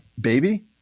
baby